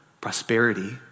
prosperity